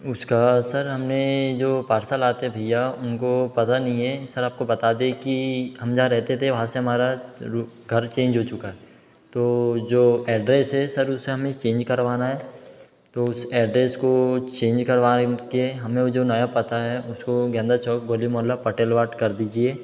उसका सर हमने जो पार्सल आते है भईया उनको पता नहीं है सर आपको बता दें कि हम जहाँ रहते थे वहां से हमारा घर चेंज हो चुका है तो जो एड्रेस है सर उसे हमें चेंज करवाना है तो उस एड्रेस को चेंज करवाके हमें वो जो नया पता है उसको ज्ञानदार चौक भोली मोहल्ला पटेल वार्ड कर दीजिए